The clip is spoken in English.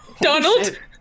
Donald